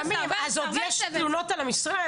ונלחמים, ואז עוד יש תלונות על המשרד?